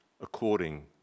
according